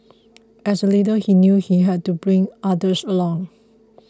as a leader he knew he had to bring others along